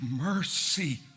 mercy